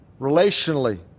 relationally